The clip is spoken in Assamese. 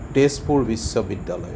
তেজপুৰ বিশ্ববিদ্যালয়